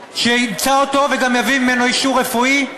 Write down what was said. שימצא אותו וגם יביא ממנו אישור רפואי?